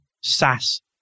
SaaS